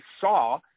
saw